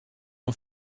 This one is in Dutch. een